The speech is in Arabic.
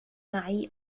معي